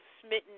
smitten